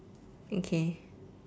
okay